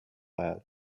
ajal